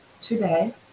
today